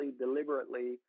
deliberately